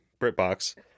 BritBox